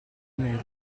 meglio